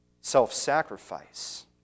self-sacrifice